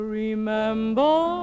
remember